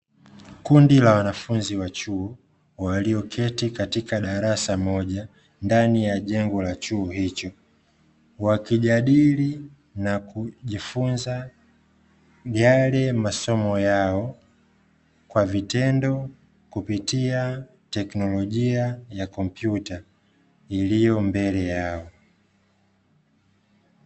Kundi la wanafunzi wa chuo, walioketi katika darasa moja, ndani ya jengo la chuo hicho. Wakijadili na kujifunza yale masomo yao kwa vitendo kupitia teknolojia ya kompyuta iliyo mbele yao.